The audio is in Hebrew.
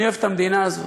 אני אוהב את המדינה הזאת,